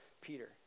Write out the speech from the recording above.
Peter